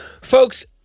Folks